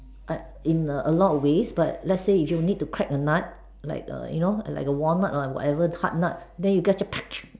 uh in a lot of ways but let's say if you need to crack a nut like a you know a like a walnut or whatever hard nut than you just